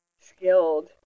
skilled